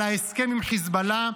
על ההסכם עם חיזבאללה,